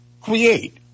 Create